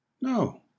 No